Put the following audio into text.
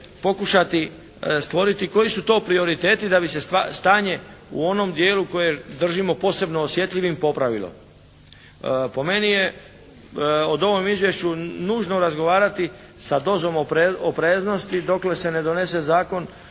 pokušati stvoriti koji su to prioriteti da bi se stanje u onom dijelu koje držimo posebno osjetljivim popravilo. Po meni je o ovom izvješću nužno razgovarati sa dozom opreznosti dokle se ne donese Zakon